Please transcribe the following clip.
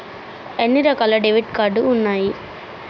ఎన్ని రకాల debit card ఉన్నాయి?